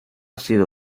sido